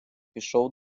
пішов